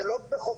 זה לא בחובה,